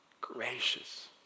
gracious